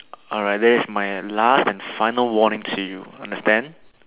alright that is my last and final warning to you understand